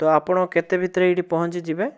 ତ ଆପଣ କେତେ ଭିତରେ ଏଇଠି ପହଞ୍ଚିଯିବେ